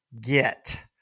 get